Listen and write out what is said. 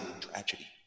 tragedy